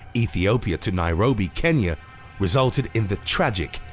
ethiopia to nairobi, kenya resulted in the tragic,